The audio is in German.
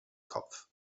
kopf